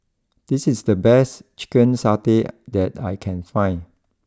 this is the best Chicken Satay that I can find